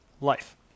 life